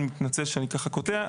אני מתנצל שאני ככה קוטע,